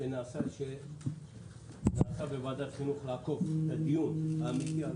שנעשה בוועדת חינוך לעקוף את הדיון האמיתי על